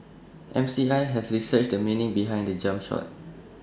M C I has researched the meaning behind the jump shot